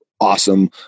awesome